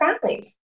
families